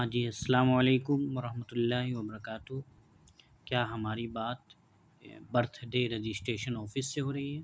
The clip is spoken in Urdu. ہاں جی السلام علیکم و رحمتہ اللہ وبرکاتہ کیا ہماری بات برتھ ڈے رجسٹریشن آفس سے ہو رہی ہے